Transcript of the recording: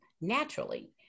naturally